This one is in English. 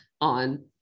on